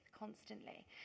constantly